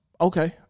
Okay